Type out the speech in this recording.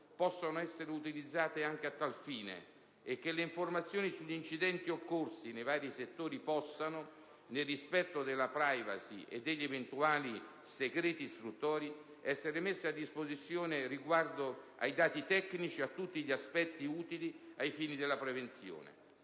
possano essere utilizzate anche a tal fine e che le informazioni sugli incidenti occorsi nei vari settori possano, nel rispetto della *privacy* e degli eventuali segreti istruttori, essere messe a disposizione riguardo ai dati tecnici e a tutti gli aspetti utili ai fini della prevenzione.